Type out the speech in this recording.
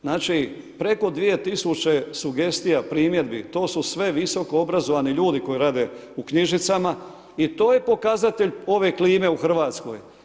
Znači preko 2000 sugestija, primjedbi, to su sve visokoobrazovani ljudi koji rade u knjižnicama i to je pokazatelj ove klime u Hrvatskoj.